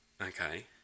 Okay